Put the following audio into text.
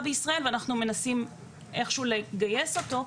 בישראל ואנחנו מנסים איכשהו לגייס אותו.